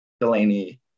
Delaney